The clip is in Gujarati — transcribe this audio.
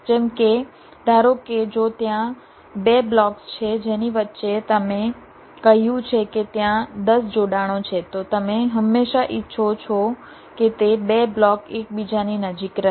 જેમ કે ધારો કે જો ત્યાં 2 બ્લોક્સ છે જેની વચ્ચે તમે કહ્યું છે કે ત્યાં 10 જોડાણો છે તો તમે હંમેશા ઇચ્છો છો કે તે 2 બ્લોક એકબીજાની નજીક રહે